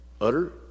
utter